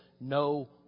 no